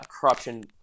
corruption